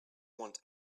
want